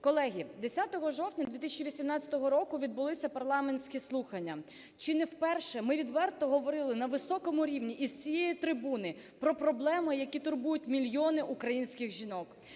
Колеги, 10 жовтня 2018 року відбулися парламентські слухання. Чи не вперше ми відверто говорили на високому рівні із цієї трибуни про проблеми, які турбують мільйони українських жінок.